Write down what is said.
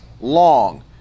long